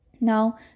Now